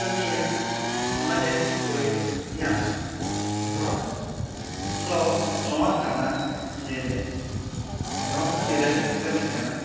ᱠᱟᱹᱢᱤᱭᱟ ᱚᱱᱟ ᱡᱟᱹᱱᱤᱡ ᱠᱩᱲᱟᱹᱭᱮ ᱧᱟᱢᱟ ᱫᱷᱚᱨᱚᱢ ᱫᱚ ᱱᱚᱣᱟ ᱠᱟᱱᱟ ᱡᱮ ᱫᱷᱚᱨᱚᱢ ᱫᱚ ᱱᱤᱨᱟᱹᱭ ᱠᱟᱹᱢᱤ ᱠᱟᱱᱟ